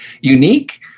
unique